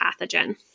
pathogen